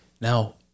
Now